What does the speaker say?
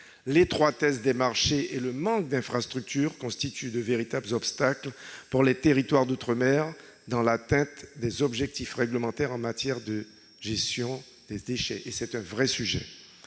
l'étroitesse des marchés et le manque d'infrastructures constituent de véritables obstacles pour les territoires d'outre-mer dans l'atteinte des objectifs réglementaires en matière de gestion des déchets. C'est un vrai sujet.